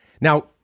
now